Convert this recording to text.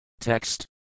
Text